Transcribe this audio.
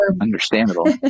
understandable